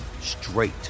straight